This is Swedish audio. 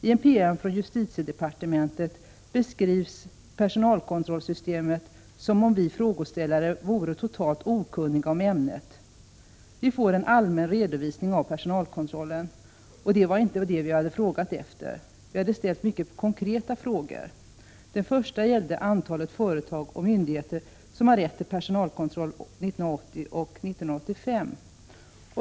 I en promemoria från justitiedepartementet beskrivs personalkontrollsystemet som om vi frågeställare vore totalt okunniga i ämnet. Vi får en allmän redovisning av personalkontrollen. Det var inte det vi hade frågat efter. Vi hade ställt mycket konkreta frågor. Den första frågan gällde antalet företag och myndigheter som hade rätt till personalkontroll 1980 resp. 1985.